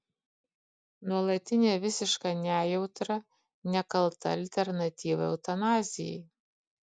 nuolatinė visiška nejautra nekalta alternatyva eutanazijai